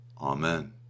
Amen